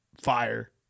fire